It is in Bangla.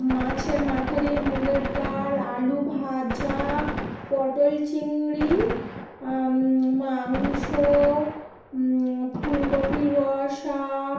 মাছের মাথা দিয়ে মুগের ডাল আলু ভাজা পটল চিংড়ি মাংস ফুলকপির রসা